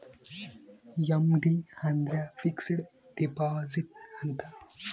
FD ಅಂದ್ರ fixed deposit ಅಂತ